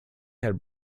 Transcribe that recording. had